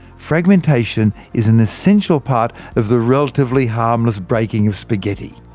fragmentation is an essential part of the relatively harmless breaking of spaghetti.